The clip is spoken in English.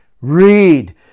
Read